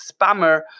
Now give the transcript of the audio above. spammer